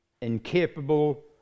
incapable